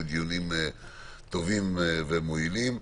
דיונים טובים ומועילים.